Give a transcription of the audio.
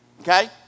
Okay